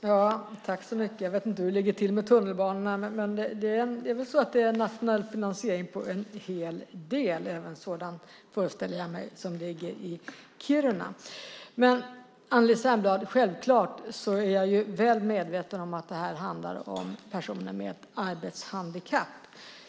Herr talman! Jag vet inte hur det ligger till med tunnelbanan. Men det är väl nationell finansiering på en hel del, även sådant som ligger i Kiruna, föreställer jag mig. Självklart, Annelie Särnblad, är jag väl medveten om att detta handlar om personer med ett arbetshandikapp.